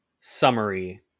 summary